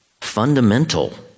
fundamental